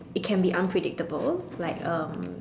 it can be unpredictable like um